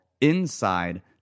inside